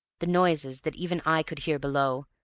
the noises that even i could hear below,